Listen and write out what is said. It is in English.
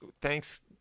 Thanks